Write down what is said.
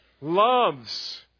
Loves